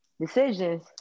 decisions